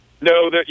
No